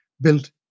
built